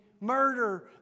murder